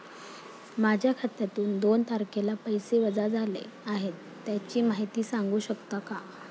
माझ्या खात्यातून दोन तारखेला पैसे वजा झाले आहेत त्याची माहिती सांगू शकता का?